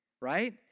right